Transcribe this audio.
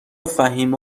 فهیمه